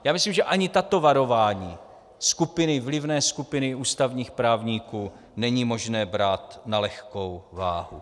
Já myslím, že ani tato varování vlivné skupiny ústavních právníků není možné brát na lehkou váhu.